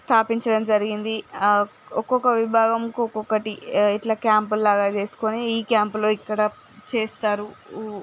స్థాపించడం జరిగింది ఆ ఒక్కొక్క విభాగంకి ఒక్కొక్కటి ఇట్లా క్యాంపుల లాగా చేసుకొని ఈ క్యాంపులో ఇక్కడ చేస్తారు